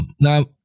Now